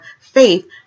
faith